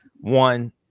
One